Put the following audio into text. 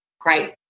great